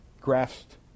grasped